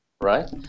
right